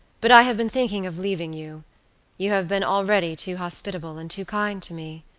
but i have been thinking of leaving you you have been already too hospitable and too kind to me.